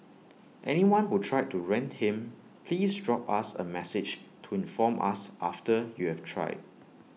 anyone who tried to rent him please drop us A message to inform us after you've tried